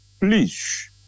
please